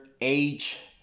age